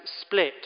split